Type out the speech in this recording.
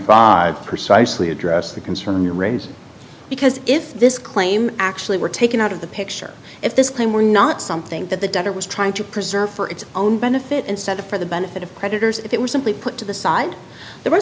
five precisely address the concern you raise because if this claim actually were taken out of the picture if this claim were not something that the debtor was trying to preserve for its own benefit instead of for the benefit of creditors if it were simply put to the side the re